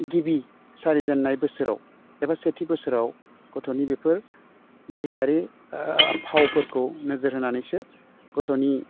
गिबि सारिजेन्नाय बोसोराव एबा सेथि बोसोराव गथ'नि बेफोर देहायारि फावफोरखौ नोजोर होनानैसो गथ'नि